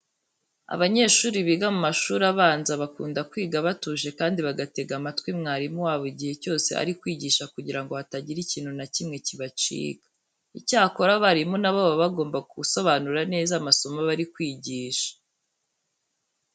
Abanyeshuri biga mu mashuri abanza bakunda kwiga batuje kandi bagatega amatwi mwarimu wabo igihe cyose ari kwigisha kugira ngo hatagira ikintu na kimwe kibacika. Icyakora abarimu na bo baba bagomba gusobanura neza amasomo bari kwigisha.